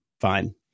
fine